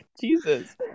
Jesus